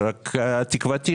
תקוותי